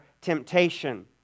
temptation